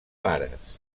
pares